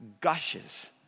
gushes